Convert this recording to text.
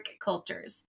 cultures